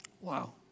Wow